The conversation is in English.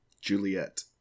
Juliet